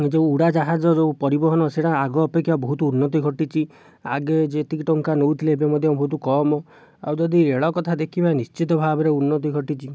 ଯେଉଁ ଉଡ଼ାଜାହାଜ ଯେଉଁ ପରିବହନ ସେଇଟା ଆଗ ଅପେକ୍ଷା ବହୁତ ଉନ୍ନତି ଘଟିଛି ଆଗେ ଯେତିକି ଟଙ୍କା ନେଉଥିଲେ ଏବେ ମଧ୍ୟ ବହୁତ କମ୍ ଆଉ ଯଦି ରେଳ କଥା ଦେଖିବା ନିଶ୍ଚିତ ଭାବରେ ଉନ୍ନତି ଘଟିଛି